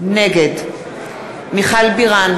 נגד מיכל בירן,